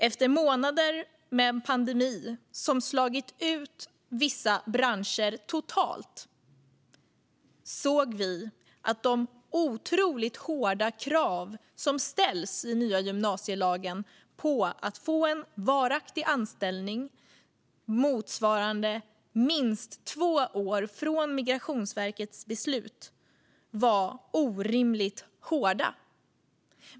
Efter månader med en pandemi som slagit ut vissa branscher totalt såg vi att de otroligt hårda krav som ställs i nya gymnasielagen på att få en varaktig anställning motsvarande minst två år från Migrationsverkets beslut var orimligt hårda.